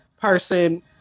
person